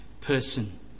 person